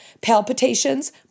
Palpitations